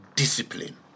discipline